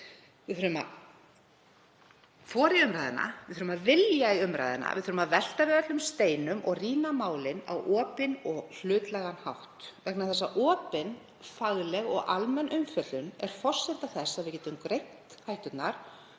Við þurfum að þora í umræðuna. Við þurfum að vilja í umræðuna, við þurfum að velta við öllum steinum og rýna málin á opinn og hlutlægan hátt vegna þess að opin, fagleg og almenn umfjöllun er forsenda þess að við getum greint hætturnar